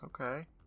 Okay